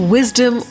Wisdom